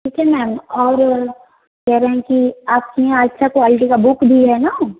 ठीक है मैम और कह रहे हैं कि आपके यहाँ अच्छा क्वालटी का बुक भी है ना